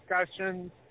Discussions